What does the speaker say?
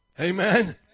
Amen